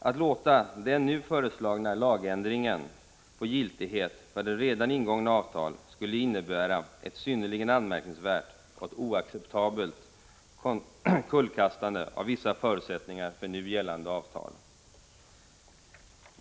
Att låta den nu föreslagna lagändringen få giltighet för redan ingångna avtal skulle innebära ett synnerligen anmärkningsvärt och oacceptabelt kullkastande av vissa förutsättningar för nu gällande avtal.